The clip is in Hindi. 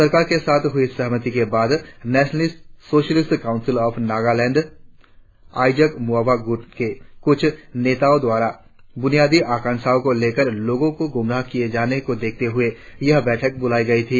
सरकार के साथ हुई सहमति के बाद nationalist socialist council of Nagaland Isak Muivah गुट के कुछ नेताओ द्वारा बेबुनियाद आशंकाओं को लेकर लोगो को गुमराह किए जाने को देखते हुए यह बैठक बुलाई गई थी